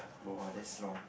!wah! that's long